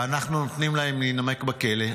ואנחנו נותנים להם להינמק בכלא.